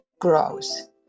grows